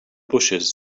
bushes